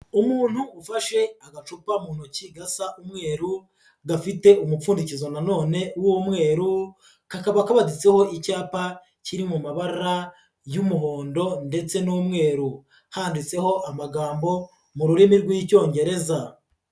Umuntu ufashe agacupa mu ntoki gasa umweru, gafite umupfundikizo na none w'umweru, kakaba baditseho icyapa kiri mu mabara y'umuhondo ndetse n'umweru, handitseho amagambo mu rurimi rw'Icyongereza.